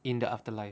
in the afterlife